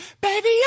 baby